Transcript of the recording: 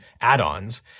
add-ons